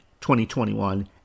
2021